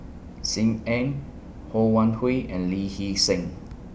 SIM Ann Ho Wan Hui and Lee Hee Seng